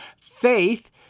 faith